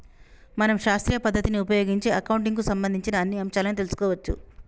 మనం శాస్త్రీయ పద్ధతిని ఉపయోగించి అకౌంటింగ్ కు సంబంధించిన అన్ని అంశాలను తెలుసుకోవచ్చు